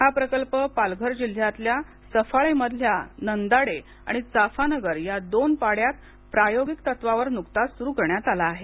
हा प्रकल्प पालघर जिल्ह्यातल्या सफाळेमधल्या नंदाडे आणि चाफानगर या दोन पाड्यात प्रायोगिक तत्त्वावर नुकताच सुरु करण्यात आला आहे